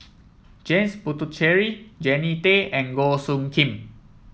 James Puthucheary Jannie Tay and Goh Soo Khim